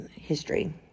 history